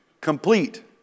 complete